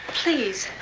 please.